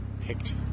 picked